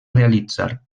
realitzar